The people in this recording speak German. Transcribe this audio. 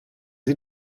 sie